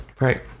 right